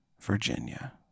Virginia